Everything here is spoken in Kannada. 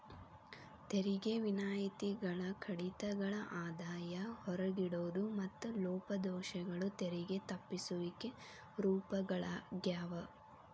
ತೆರಿಗೆ ವಿನಾಯಿತಿಗಳ ಕಡಿತಗಳ ಆದಾಯ ಹೊರಗಿಡೋದು ಮತ್ತ ಲೋಪದೋಷಗಳು ತೆರಿಗೆ ತಪ್ಪಿಸುವಿಕೆ ರೂಪಗಳಾಗ್ಯಾವ